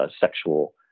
sexual